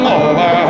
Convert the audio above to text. over